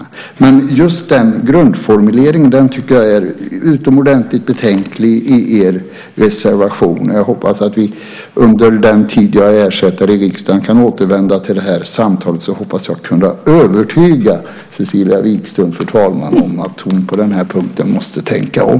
Grundformuleringen i er reservation tycker jag är utomordentligt betänklig. Jag hoppas att vi under den tid jag är ersättare i riksdagen kan återvända till detta samtal. Jag hoppas att jag kan övertyga Cecilia Wikström om att hon på den här punkten måste tänka om.